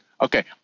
Okay